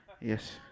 Yes